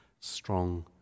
strong